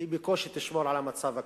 בקושי תשמור על המצב הקיים,